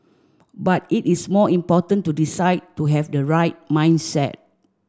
but it is more important to decide to have the right mindset